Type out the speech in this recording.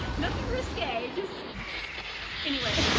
nothing risque just anyway,